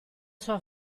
sua